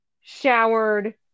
showered